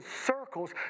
circles